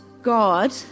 God